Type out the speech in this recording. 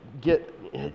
get